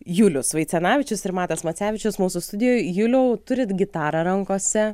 julius vaicenavičius ir matas macevičius mūsų studijoj juliau turit gitarą rankose